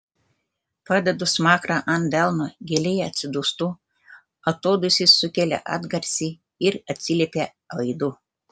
padedu smakrą ant delno giliai atsidūstu atodūsis sukelia atgarsį ir atsiliepia aidu